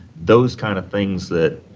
those kind of things that